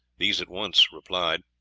these at once replied.